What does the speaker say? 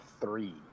three